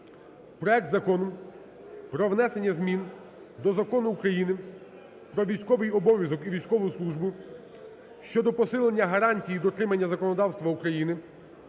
проект Закону про внесення змін до Закону України "Про військовий обов'язок і військову службу" (щодо посилення гарантії дотримання законодавства України)